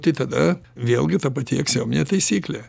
tai tada vėlgi ta pati aksiominė taisyklė